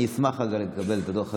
אני אשמח לקבל את הדוח הזה,